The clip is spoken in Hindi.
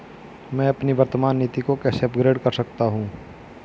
मैं अपनी वर्तमान नीति को कैसे अपग्रेड कर सकता हूँ?